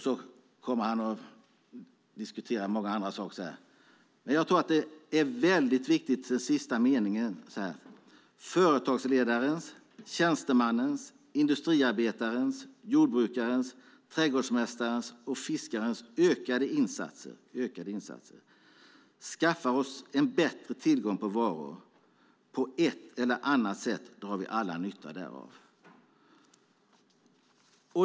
Sedan diskuterar han många andra saker, men jag tror att den sista meningen är mycket viktig: Företagsledarens, tjänstemannens, industriarbetarens, jordbrukarens, trädgårdsmästarens och fiskarens ökade insatser skaffar oss en bättre tillgång på varor, och på ett eller annat sätt drar vi alla nytta därav.